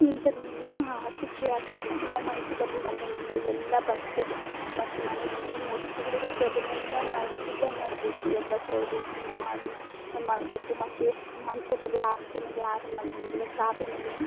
ಇಂಥದ್ನೆಲ್ಲ ಸುಗ್ಗಿ ಆಚರಣೆ ನಾವು ಮಂಚದಲ್ಲಿ ಮಲಗೊಂಗಿಲ್ಲ ಎಲ್ಲ ಬಟ್ಟೆ ಮತ್ತು ಮನೆಯಲ್ಲಿ ಏನು ವಸ್ತುಗಳಿರುತ್ತೋ ಅದನ್ನೆಲ್ಲ ನಾವು ಶುದ್ಧ ಮಾಡಬೇಕು ಎಲ್ಲ ತೊಳೆದು ಕ್ಲೀನ್ ಮಾಡಿ ಮಾಡಬೇಕು ಮತ್ತು ಮಂಚದಲ್ಲಿ ಹಾಸ್ಗೆ ಮೇಲೆ ಯಾರೂ ಮಲಗೊಂಗಿಲ್ಲ ಚಾಪೆ ಮೇಲೆಯೇ